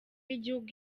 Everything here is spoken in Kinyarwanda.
y’igihugu